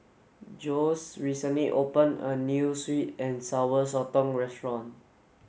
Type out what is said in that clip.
Jose recently opened a new Sweet and Sour Sotong restaurant